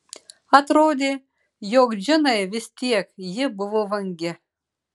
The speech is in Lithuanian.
atrodė jog džinai vis tiek ji buvo vangi